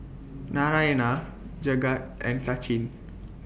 Narayana Jagat and Sachin